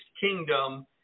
kingdom